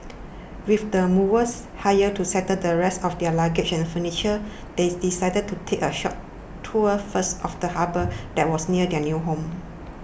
with the movers hired to settle the rest of their luggage and furniture they decided to take a short tour first of the harbour that was near their new home